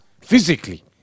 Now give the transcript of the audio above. physically